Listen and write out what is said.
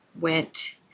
went